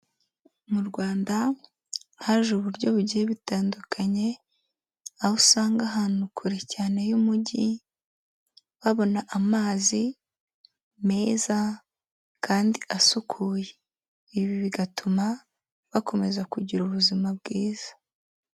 Mu Rwanda haje uburyo bugiye butandukanye, aho usanga ahantu kure cyane y'umujyi babona amazi meza kandi asukuye, ibi bigatuma bakomeza kugira ubuzima bwiza.